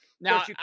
Now